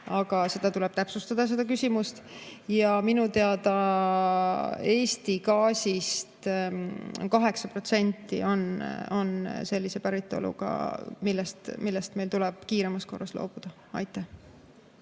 küsimust tuleb täpsustada. Ja minu teada Eesti gaasist 8% on sellise päritoluga, millest meil tuleb kiiremas korras loobuda. Aitäh!